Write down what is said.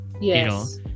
Yes